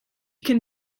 can